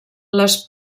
les